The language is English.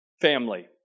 family